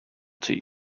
tea